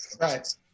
Right